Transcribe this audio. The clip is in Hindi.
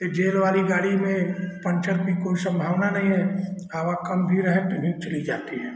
ए जेल वाली गाड़ी में पंचर की कोई संभावना नई है हवा कम भी रहे तब भी चली जाती है